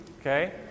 Okay